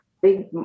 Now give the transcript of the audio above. big